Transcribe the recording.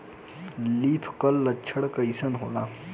Leaf curl लक्षण कइसन होला?